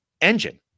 engine